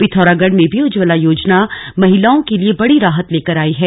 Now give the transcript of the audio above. पिथौरागढ़ में भी उज्ज्वला योजना महिलाओं के लिए बड़ी राहत लेकर आई है